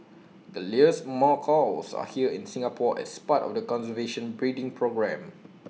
the Lear's macaws are here in Singapore as part of the conservation breeding programme